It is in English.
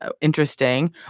interesting